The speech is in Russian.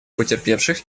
потерпевших